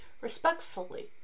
Respectfully